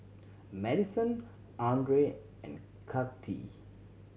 Maddison Andrae and Kathi